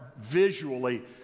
visually